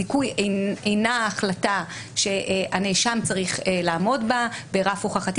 זיכוי אינה החלטה שהנאשם צריך לעמוד בה ברף הוכחתי